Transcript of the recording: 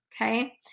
okay